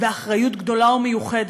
ואחריות גדולה ומיוחדת,